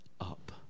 up